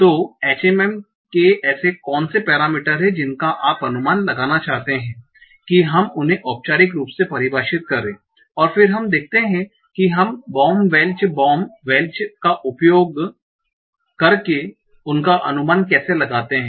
तो HMM के ऐसे कौन से पैरामीटर हैं जिनका आप अनुमान लगाना चाहते हैं कि हम उन्हें औपचारिक रूप से परिभाषित करें और फिर हम देखेंगे कि हम बॉम वेल्च बॉम वेल्च का उपयोग करके उनका अनुमान कैसे लगाते हैं